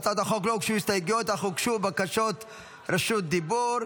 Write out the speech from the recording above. להצעת החוק לא הוגשו הסתייגויות אך הוגשו בקשות רשות דיבור.